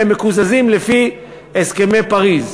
והם מקוזזים לפי הסכמי פריז.